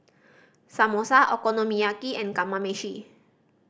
Samosa Okonomiyaki and Kamameshi